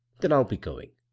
then i'll be going.